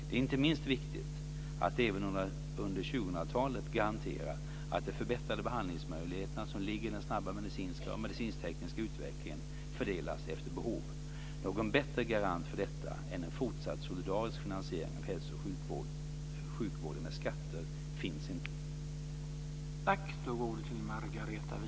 Det är inte minst viktigt att även under 2000-talet garantera att de förbättrade behandlingsmöjligheterna som ligger i den snabba medicinska och medicinsktekniska utvecklingen fördelas efter behov. Någon bättre garant för detta än en fortsatt solidarisk finansiering av hälso och sjukvården med skatter finns inte.